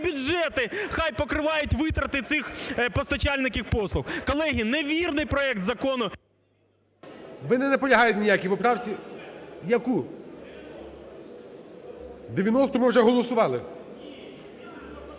бюджети хай покривають витрати цих постачальників послуг. Колеги, невірний проект закону… ГОЛОВУЮЧИЙ. Ви не наполягаєте ні на якій поправці. Яку? 90. Ми вже голосували.